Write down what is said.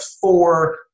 four